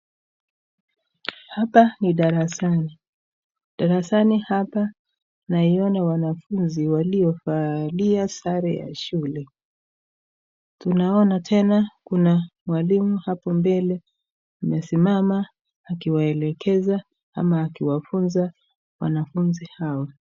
Hapa ni darasani. Darasani hapa naiona wanafunzi walio valia sare ya shule, Tunaona tena kuna mwalimu hapo mbele amesimama akiwaelekeza ama akiwafunza wanafunzi hawa.